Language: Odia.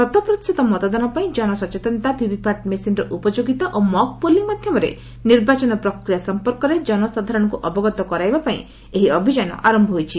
ଶତପ୍ରତିଶତ ମତଦାନ ପାଇଁ ଜନସଚେତନତା ଭିଭିପାଟ୍ ମେସିନ୍ର ଉପଯୋଗିତା ଓ ମକ୍ ପୋଲିଂ ମାଧ୍ଧମରେ ନିର୍ବାଚନ ପ୍ରକ୍ରିୟା ସଂପର୍କରେ ଜନସାଧାରଣଙ୍କୁ ଅବଗତ କରାଇବା ପାଇଁ ଏହି ଅଭିଯାନ ଆର ହୋଇଛି